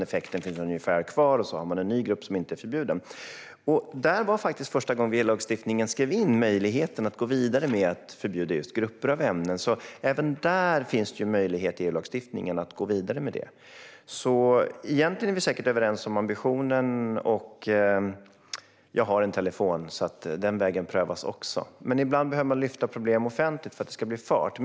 Effekten finns kvar på ett ungefär, och så får man en ny grupp som inte är förbjuden. Det var första gången som man i EU-lagstiftningen skrev in möjligheten att gå vidare med att förbjuda just grupper av ämnen. Även där finns alltså möjlighet i EU-lagstiftningen att gå vidare med det. Egentligen är vi säkert överens om ambitionen. Och jag har en telefon - den vägen prövas också. Men ibland behöver man lyfta upp problem offentligt för att det ska ta fart.